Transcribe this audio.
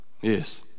Yes